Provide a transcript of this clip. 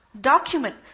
Document